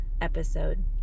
episode